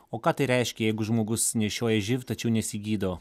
o ką tai reiškia jeigu žmogus nešioja živ tačiau nesigydo